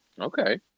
Okay